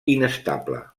inestable